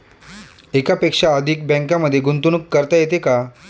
एकापेक्षा अधिक बँकांमध्ये गुंतवणूक करता येते का?